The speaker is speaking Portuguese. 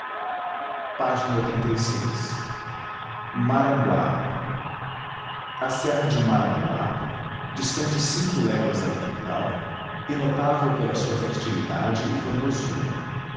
maranguab a serra de maranguape distante cinco léguas da capital e notável pela sua fertilidade e formosura